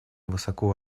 высоко